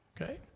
okay